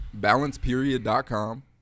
balanceperiod.com